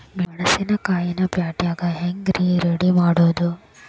ಮೆಣಸಿನಕಾಯಿನ ಪ್ಯಾಟಿಗೆ ಹ್ಯಾಂಗ್ ರೇ ರೆಡಿಮಾಡೋದು?